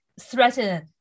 threaten